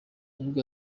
nubwo